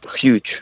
huge